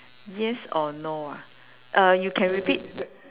yes or no ah uh you can repeat